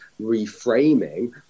reframing